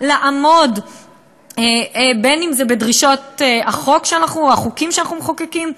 לעמוד בדרישות החוקים שאנחנו מחוקקים,